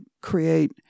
create